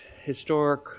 historic